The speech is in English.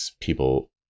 people